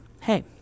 hey